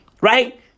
right